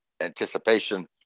anticipation